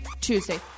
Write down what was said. Tuesday